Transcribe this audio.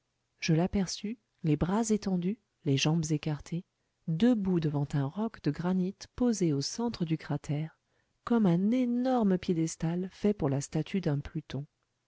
je l'aperçus les bras étendus les jambes écartées debout devant un roc de granit posé au centre du cratère comme un énorme piédestal fait pour la statue d'un pluton